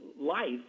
life